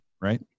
right